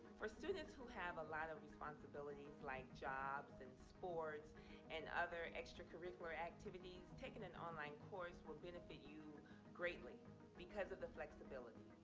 for students who have a lot of responsibilities, like jobs and sports and other extracurricular activities, taking an online course will benefit you greatly because of the flexibility.